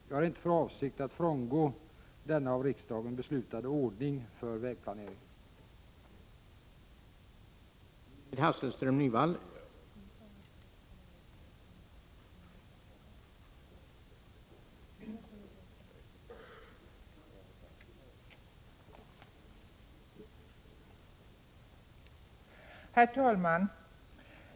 Jag har inte för avsikt att frångå denna av riksdagen beslutade ordning för vägplaneringen.